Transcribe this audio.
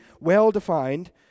well-defined